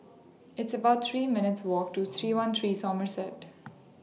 It's about three minutes' Walk to three one three Somerset